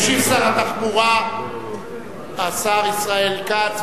משיב שר התחבורה, השר ישראל כץ.